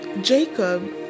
Jacob